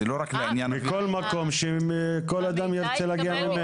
לכל מקום ממנו כל אדם ירצה להגיע.